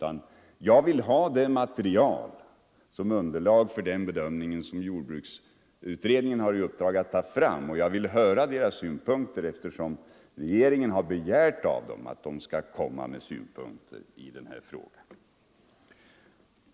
För min bedömning vill jag ha det underlag som jordbruksutredningen har i uppdrag att ta fram, och jag vill höra utredningens mening eftersom regeringen har begärt att den skall komma med synpunkter i den här frågan.